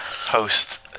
host